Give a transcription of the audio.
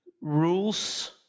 rules